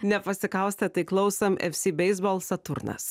nepasikaustę tai klausom fc baseball saturnas